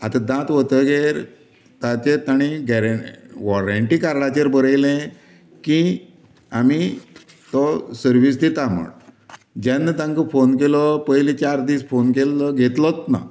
आता दांत वतकीर ताचेर तांणी गेरें वाॅरेंन्टी कार्डांचेर बरयलें की आमी तो सर्वीस दिता म्हण जेन्ना तांकां फोन केलो पयलीं चार दिस फोन केल्लो घेतलोच ना